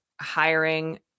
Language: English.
hiring